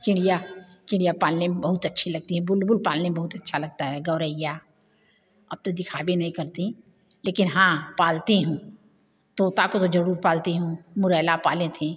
चिड़िया चिड़िया पालने में बहुत अच्छी लगती है बुलबुल पालने में बहुत अच्छा लगता है गौरैया अब तो दिखा भी नहीं करतीं लेकिन हाँ पालती हूँ तोता को तो जरूर पालती हुँ मुरैला पाले थीं